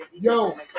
Yo